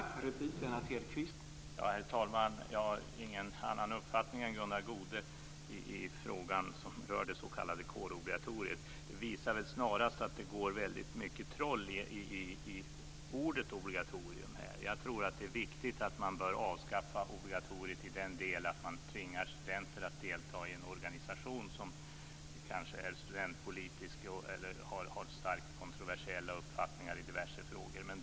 Herr talman! Jag har ingen annan uppfattning än Gunnar Goude i frågan som rör det s.k. kårobligatoriet. Det visar väl snarast att det går väldigt mycket troll i ordet "obligatorium". Jag tror att det är viktigt att man avskaffar obligatoriet när det gäller att man tvingar studenter att delta i en organisation som kanske är studentpolitisk eller har starkt kontroversiella uppfattningar i diverse frågor.